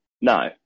No